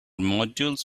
modules